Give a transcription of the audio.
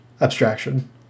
abstraction